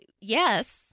Yes